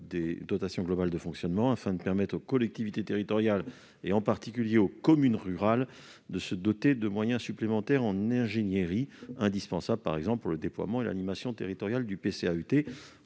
la dotation globale de fonctionnement afin de permettre aux collectivités territoriales, en particulier aux communes rurales, de se doter de moyens supplémentaires en ingénierie. Ces moyens sont indispensables, par exemple, pour le déploiement et l'animation territoriale des